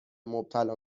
مبتلا